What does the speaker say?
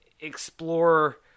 explore